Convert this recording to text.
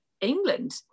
england